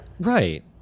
right